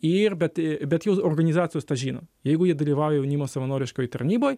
ir bet bet jos organizacijos tą žino jeigu ji dalyvauja jaunimo savanoriškoj tarnyboj